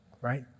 right